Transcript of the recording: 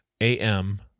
A-M